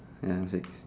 number six